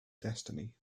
destiny